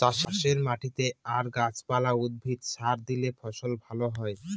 চাষের মাটিতে আর গাছ পালা, উদ্ভিদে সার দিলে ফসল ভালো হয়